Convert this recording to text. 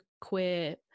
queer